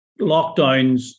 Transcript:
lockdowns